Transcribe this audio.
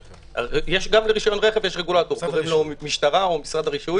גם לרשיון רכב יש רגולטור משטרה, משרד הרישוי.